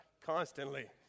constantly